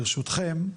ברשותכם,